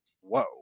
whoa